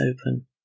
open